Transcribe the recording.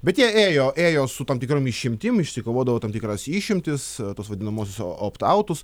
bet jie ėjo ėjo su tom tikrom išimtim išsikovodavo tam tikras išimtis tuos vadinamus opt autus